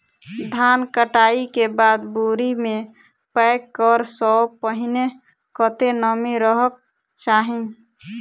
धान कटाई केँ बाद बोरी मे पैक करऽ सँ पहिने कत्ते नमी रहक चाहि?